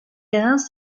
grains